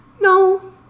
No